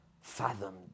fathomed